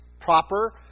proper